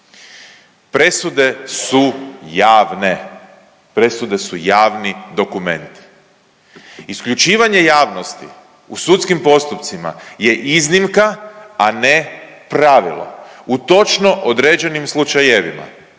Presude su javne. Presude su javni dokument. Isključivanje javnosti u sudskim postupcima je iznimka, a ne pravilo. U točno određenim slučajevima,